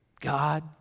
God